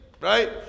right